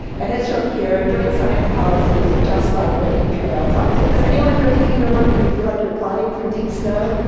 and as you'll hear, doing science policy is just like breaking trail. does anyone do anything in your work where you feel like you're plodding through deep snow?